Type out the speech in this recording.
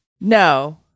No